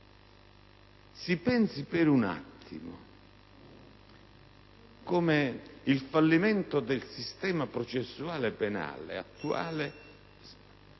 Si pensi per un attimo come il fallimento del sistema processuale penale attuale sia